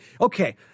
Okay